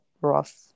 rough